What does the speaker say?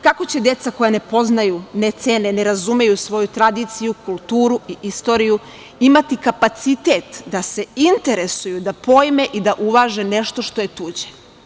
Kako će deca koja ne poznaju, ne cene, ne razumeju svoju tradiciju, kulturu i istoriju imati kapacitet da se interesuju, da pojme i da uvaže nešto što je tuđe?